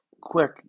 quick